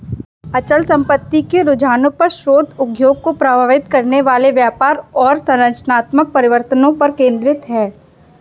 अचल संपत्ति के रुझानों पर शोध उद्योग को प्रभावित करने वाले व्यापार और संरचनात्मक परिवर्तनों पर केंद्रित है